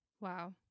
wow